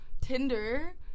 Tinder